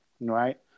right